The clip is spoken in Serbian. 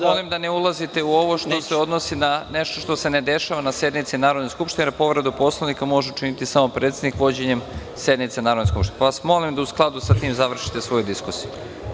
Molim vas da ne ulazite u ovo što se odnosi na nešto što se ne dešava na sednici Narodne skupštine, jer povredu Poslovnika može učiniti samo predsednik vođenjem sednice Narodne skupštine, pa vas molim da u skladu sa tim završite svoju diskusiju.